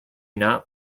not